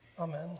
Amen